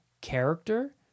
character